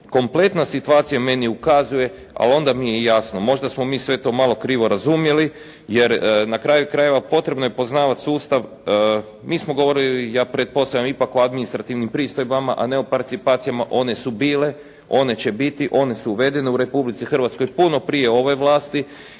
kompletna situacija meni ukazuje. Ali onda mi je jasno, možda smo mi sve to malo krivo razumjeli, jer na kraju krajeva potrebno je poznavati sustav, mi smo govorili, ja pretpostavljam ipak o administrativnim pristojbama a ne o participacijama one su bile, one će biti, one su uvedene u Republici Hrvatskoj puno prije ove vlasti